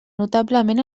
notablement